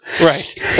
Right